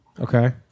Okay